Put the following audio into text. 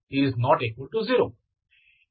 ಇದನ್ನು ನೀವು ಲೆಕ್ಕ ಹಾಕಬಹುದು